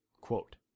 Quote